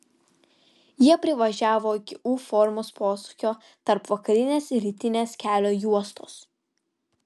jie privažiavo iki u formos posūkio tarp vakarinės ir rytinės kelio juostos